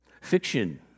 Fiction